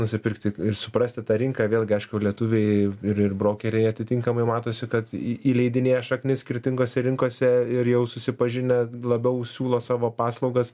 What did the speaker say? nusipirkti ir suprasti tą rinką vėlgi aišku lietuviai ir ir brokeriai atitinkamai matosi kad į įleidinėja šaknis skirtingose rinkose ir jau susipažinę labiau siūlo savo paslaugas